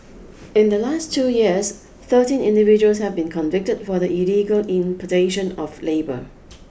in the last two years thirteen individuals have been convicted for the illegal importation of labour